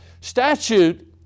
Statute